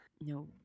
No